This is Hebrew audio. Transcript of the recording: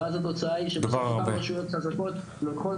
ואז התוצאה היא שרשויות חזקות לוקחות